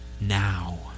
now